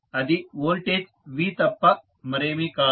అది voltage V తప్ప మరేమీ కాదు